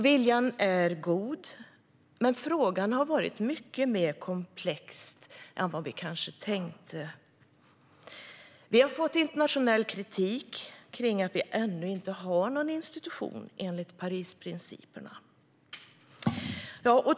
Viljan är alltså god, men frågan har varit mycket mer komplex än vad vi kanske tänkte. Vi har fått internationell kritik om att vi ännu inte har någon institution enligt Parisprinciperna.